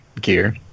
gear